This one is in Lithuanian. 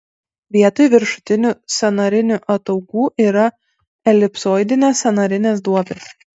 vietoj viršutinių sąnarinių ataugų yra elipsoidinės sąnarinės duobės